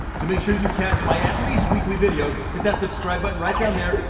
to make sure you catch my at least weekly videos. hit that subscribe button right down there,